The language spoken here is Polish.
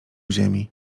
ziemi